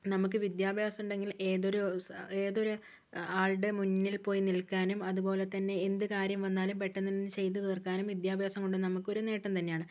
നമുക്ക് വിദ്യാഭ്യാസമുണ്ടെങ്കിൽ ഏതൊരു ഏതൊരു ആളുടെ മുന്നിലും പോയി നിൽക്കാനും അതുപോലെതന്നെ എന്ത് കാര്യം വന്നാലും പെട്ടെന്ന് തന്നെ ചെയ്തുതീർക്കാനും വിദ്യാഭ്യാസം കൊണ്ട് നമുക്കൊരു നേട്ടം തന്നെയാണ്